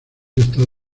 estado